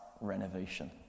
renovation